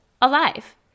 alive